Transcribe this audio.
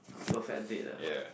perfect date ah